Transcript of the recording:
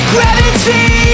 Gravity